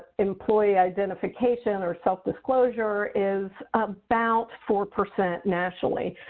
employee identification or self disclosure is about four percent nationally.